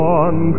one